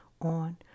on